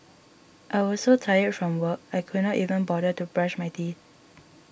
I was so tired from work I could not even bother to brush my teeth